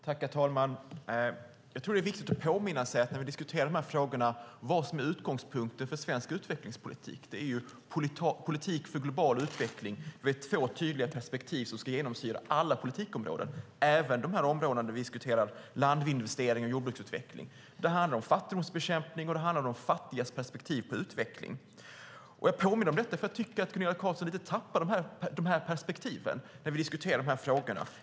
Herr talman! När vi diskuterar de här frågorna tror jag att det är viktigt att påminna sig vad som är utgångspunkten för svensk utvecklingspolitik: politik för global utveckling. Det är tydliga perspektiv som ska genomsyra alla politikområden, även områdena landinvesteringar och jordbruksutveckling, som vi diskuterar. Det handlar om fattigdomsbekämpning och de fattigas perspektiv på utveckling. Jag påminner om detta, för jag tycker att Gunilla Carlsson lite tappar de perspektiven när vi diskuterar de här frågorna.